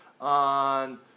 on